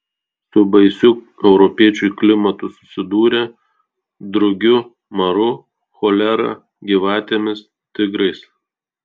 su baisiu europiečiui klimatu susidūrė drugiu maru cholera gyvatėmis tigrais